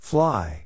Fly